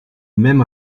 même